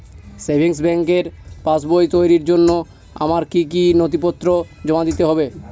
Savings ব্যাংকের পাসবই তৈরির জন্য আমার কি কি নথিপত্র জমা দিতে হবে?